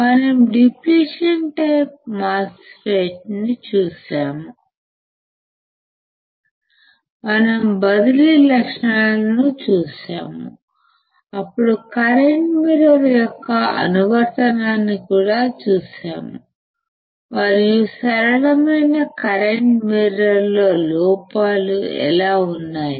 మనం depletion type MOSFET చూశాము మనం బదిలీ లక్షణాలను చూశాము అప్పుడు కరెంట్ మిర్రర్ యొక్క అనువర్తనాన్ని కూడా చూశాము మరియు సరళమైన కరెంట్ మిర్రర్ లో లోపాలు ఎలా ఉన్నాయి